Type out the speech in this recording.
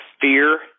Fear